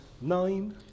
Nine